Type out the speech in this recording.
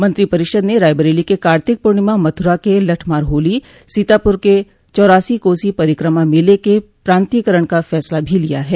मंत्रिपरिषद ने रायबरेली के कार्तिक पूर्णिमा मथुरा के लठमार होली सीतापुर के चौरासी कोसी परिक्रमा मेले के प्रांतीयकरण का फैसला भी लिया है